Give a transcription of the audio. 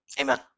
Amen